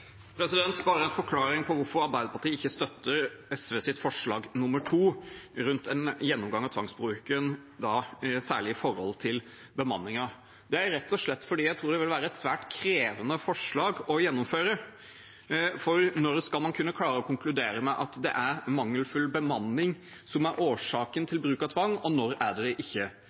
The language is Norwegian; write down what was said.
Bare en forklaring på hvorfor Arbeiderpartiet ikke støtter SVs forslag nr. 2, om en gjennomgang av tvangsbruken og særlig se det i forhold til bemanningen: Det er rett og slett fordi jeg tror det vil være et svært krevende forslag å gjennomføre. For når skal man kunne klare å konkludere med at det er mangelfull bemanning som er årsaken til bruk av tvang – og når det ikke er det?